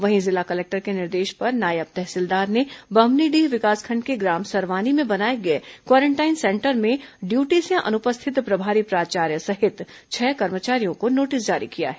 वहीं जिला कलेक्टर के निर्देश पर नायब तहसीलदार ने बम्हनीडीह विकासखंड के ग्राम सरवानी में बनाए गए क्वारेंटाइन सेंटर में ड्यूटी से अनुपस्थित प्रभारी प्राचार्य सहित छह कर्मचारियों को नोटिस जारी किया है